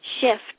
shift